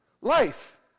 Life